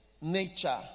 nature